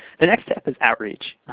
the next step is outreach,